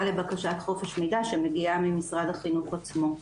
לבקשת חופש מידע שמגיע ממשרד החינוך עצמו.